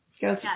go